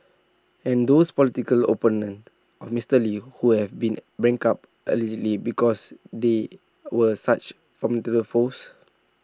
and those political opponents of Mister lee who have been bankrupted allegedly because they were such foes